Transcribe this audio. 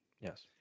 Yes